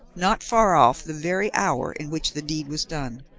not far off the very hour in which the deed was done.